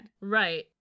Right